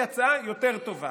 ואני --- יש לי הצעה יותר טובה.